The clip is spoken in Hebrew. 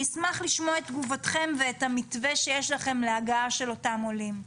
אשמח לשמוע את תגובתם ואת המתווה שיש לכם להגעה לאותם עולים.